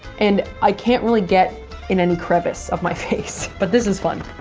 and i can't really get in any crevice of my face, but this is fun.